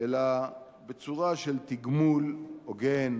אלא בצורה של תגמול הוגן,